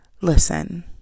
Listen